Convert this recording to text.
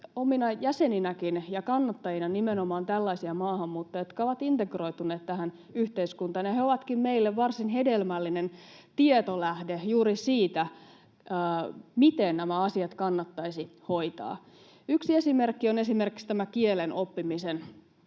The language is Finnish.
omina jäseninä ja kannattajina nimenomaan tällaisia maahanmuuttajia, jotka ovat integroituneet tähän yhteiskuntaan, ja he ovatkin meille varsin hedelmällinen tietolähde juuri siitä, miten nämä asiat kannattaisi hoitaa. Yksi esimerkki on tämä kielen oppimisen